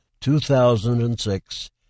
2006